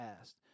asked